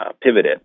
pivoted